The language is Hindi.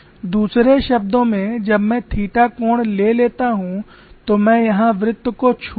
दूसरे शब्दों में जब मैं थीटा कोण ले लेता हूं तो मैं यहां वृत्त को छू लूँगा